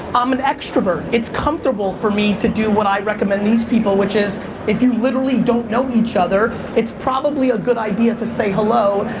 i'm an extrovert. it's comfortable for me to do what i recommend these people, which is if you literally don't know each other, it's probably a good idea to say hello.